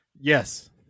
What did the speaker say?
Yes